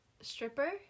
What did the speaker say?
Stripper